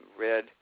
red